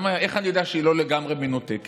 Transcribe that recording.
איך אני יודע שהיא לא לגמרי מנותקת?